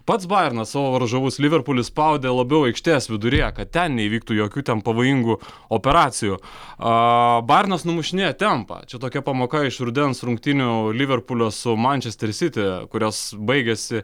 pats bajernas savo varžovus liverpulį spaudė labiau aikštės viduryje kad ten neįvyktų jokių ten pavojingų operacijų aaa bajernas numušinėja tempą čia tokia pamoka iš rudens rungtynių liverpulio su mančester siti kurios baigėsi